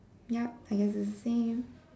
ya I guess that's the same